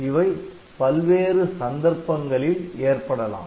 இவை பல்வேறு சந்தர்ப்பங்களில் ஏற்படலாம்